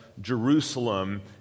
Jerusalem